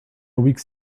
weeks